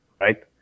right